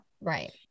Right